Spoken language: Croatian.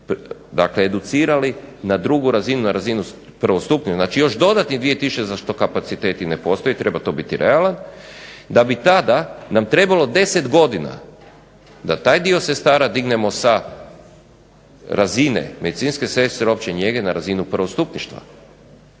tisuće educirali na drugu razinu, na razinu prvostupništva, znači još dodatnih 2 tisuće za što kapaciteti ne postoje treba to biti realan, da bi tada nam trebalo 10 godina da taj dio sestara dignemo sa razine medicinske sestre opće njege na razinu prvostupništva.